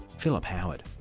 philip howard.